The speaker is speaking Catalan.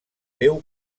déu